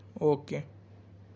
okay